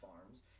farms